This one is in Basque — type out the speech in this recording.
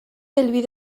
helbide